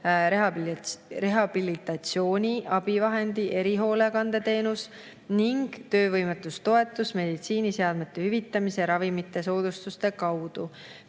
rehabilitatsiooni-, abivahendi- ja erihoolekandeteenus ning töövõimetustoetus meditsiiniseadmete hüvitamise ja ravimite soodustuste kaudu.